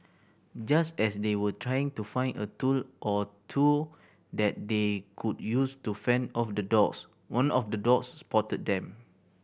just as they were trying to find a tool or two that they could use to fend off the dogs one of the dogs spotted them